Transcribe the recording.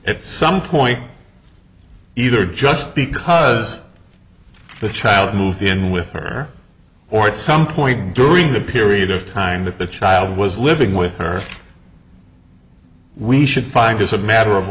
at some point either just because the child moved in with her or at some point during the period of time the fifth child was living with her we should find this a matter of